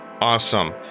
Awesome